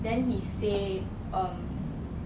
then he say um